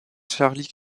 charlie